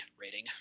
rating